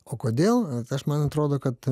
o kodėl tai aš man atrodo kad